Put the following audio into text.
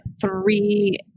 three